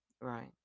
right